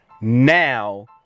now